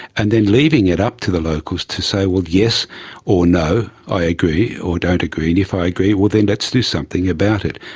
and then leaving it up to the locals to say yes or no, i agree or don't agree, and if i agree, well, then let's do something about it.